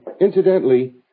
incidentally